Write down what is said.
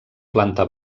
planta